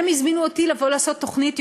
הם הזמינו אותי לבוא ולעשות תוכנית יומית,